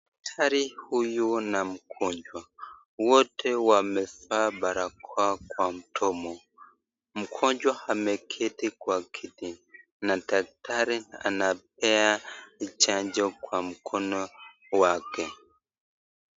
Daktari huyu na mgonjwa, wote wamevaa barakoa kwa mdomo. Mgonjwa ameketi kwa kiti na daktari anapea chanjo kwa mkono wake.